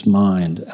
mind